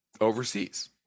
overseas